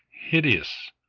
hideous!